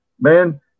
Man